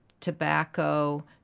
tobacco